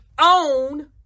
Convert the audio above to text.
Own